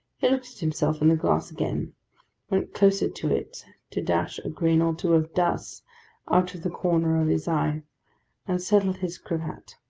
he looked at himself in the glass again went closer to it to dash a grain or two of dust out of the corner of his eye and settled his cravat.